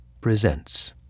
Presents